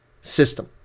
system